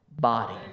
body